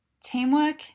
Teamwork